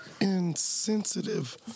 Insensitive